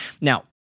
Now